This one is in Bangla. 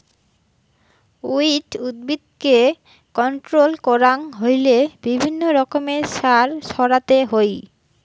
উইড উদ্ভিদকে কন্ট্রোল করাং হইলে বিভিন্ন রকমের সার ছড়াতে হই